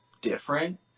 different